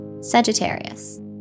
Sagittarius